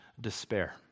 despair